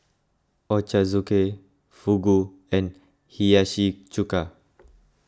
Ochazuke Fugu and Hiyashi Chuka